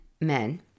Men